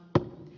tätä